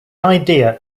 idea